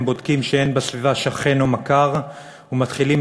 הם בודקים שאין בסביבה שכן או מכר ומתחילים